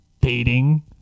dating